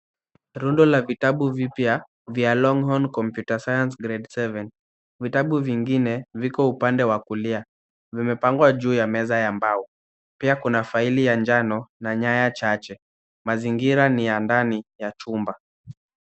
Rundo la vitabu vipya vya longhorn computer science grade seven .Vitabu vingine viko upande wa kulia, vimepangwa juu ya meza ya mbao. Pia kuna faili ya njano na nyaya chache .Mazingira ni ya ndani ya chumba.